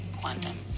quantum